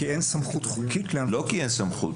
כי אין סמכות חוקית --- לא כי אין סמכות,